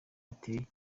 biteye